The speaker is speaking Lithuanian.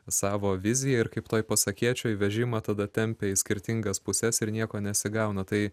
savo viziją ir kaip toj pasakėčioj vežimą tada tempia į skirtingas puses ir nieko nesigauna tai